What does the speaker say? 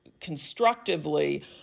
constructively